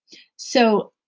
so,